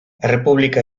errepublika